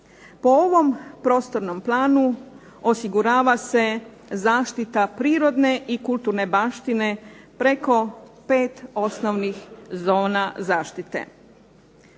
Po ovom prostornom planu osigurava se zaštita prirodne i kulturne baštine preko 5 osnovnih zona zaštite.